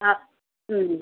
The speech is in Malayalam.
ആ